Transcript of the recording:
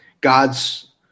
god's